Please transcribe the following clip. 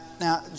now